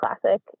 classic